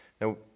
Now